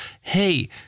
hey